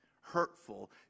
hurtful